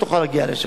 לא תוכל להגיע לשם.